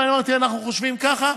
ואני אמרתי אנחנו חושבים ככה.